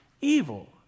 evil